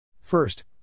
First